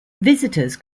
visitors